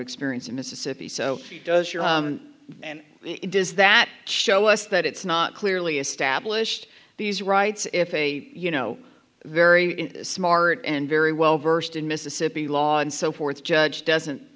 experience in mississippi so she does your and it does that show us that it's not clearly established these rights if a you know very smart and very well versed in mississippi law and so forth judge doesn't